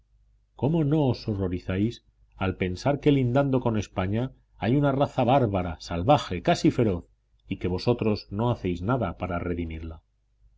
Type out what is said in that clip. cómo no os horrorizáis al pensar que lindando con españa hay una raza bárbara salvaje casi feroz y que vosotros no hacéis nada para redimirla